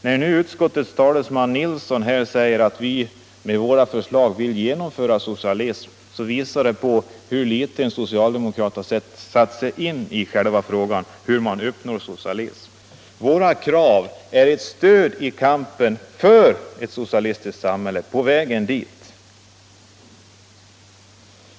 När utskottets talesman herr Nilsson i Kalmar säger att vi med vårt förslag vill genomföra socialismen så visar det hur litet en socialdemokrat har satt sig in i själva frågan hur man uppnår socialism: Våra krav är ett stöd i kampen för ett socialistiskt samhälle — på vägen mot ett sådant.